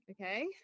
Okay